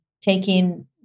taking